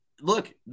look